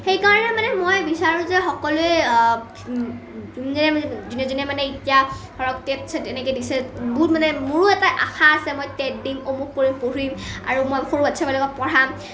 সেই কাৰণে মানে মই বিচাৰোঁ যে সকলোৱে যোনে যোনে মানে এতিয়া ধৰক টেট চেট এনেকৈ দিছে বহুত মানে মোৰো এটা আশা আছে মই টেট দিম অমুক কৰিম পঢ়িম আৰু মই সৰু বাচ্ছাবিলাকক পঢ়াম